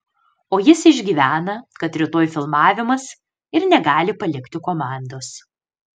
o jis išgyvena kad rytoj filmavimas ir negali palikti komandos